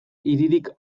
hiririk